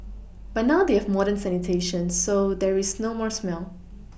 but now they have modern sanitation so there is no more smell